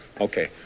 Okay